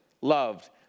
loved